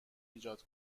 ایجاد